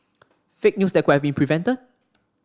fake news that could been prevented